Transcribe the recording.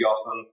often